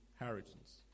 inheritance